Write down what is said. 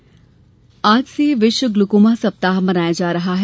glaucoma सप्ताह आज से विश्व ग्लूकोमा सप्ताह मनाया जा रहा है